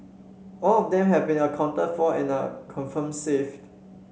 all of them have been accounted for and are confirmed safe